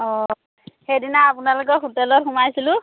অঁ সেইদিনা আপোনালোকৰ হোটেলত সোমাইছিলোঁ